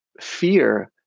fear